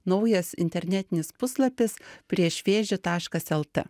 naujas internetinis puslapis prieš vėžį taškas lt